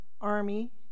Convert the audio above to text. army